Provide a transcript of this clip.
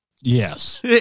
Yes